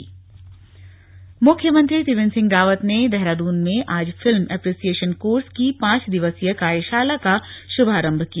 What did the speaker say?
कार्यशाला मुख्यमंत्री त्रिवेन्द्र सिंह रावत ने देहरादून में आज फिल्म एप्रिसियेशन कोर्स की पांच दिवसीय कार्यशाला का शुभारम्भ किया